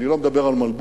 אני לא מדבר על מלבוש,